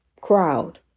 crowd